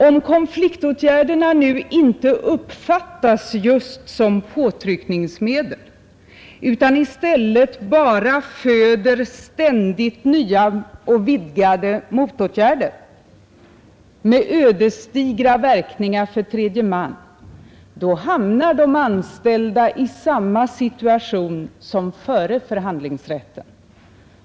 Om konfliktåtgärderna inte uppfattas just som påtryckningsmedel utan i stället bara föder ständigt nya och vidgade motåtgärder med ödesdigra verkningar för tredje man, då hamnar de anställda i samma situation som före förhandlingsrätten.